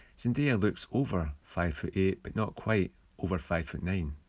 zendaya looks over five foot eight, but not quite over five foot nine.